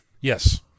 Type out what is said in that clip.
Yes